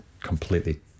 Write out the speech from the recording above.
completely